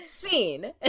scene